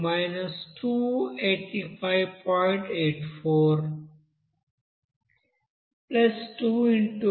84 నీటి యొక్క standard heat of formation 393